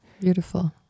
Beautiful